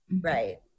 Right